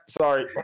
Sorry